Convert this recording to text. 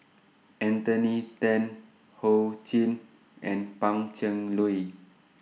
Anthony Then Ho Ching and Pan Cheng Lui